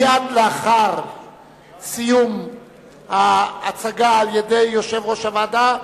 מייד לאחר סיום ההצגה על-ידי יושב-ראש הוועדה,